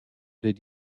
did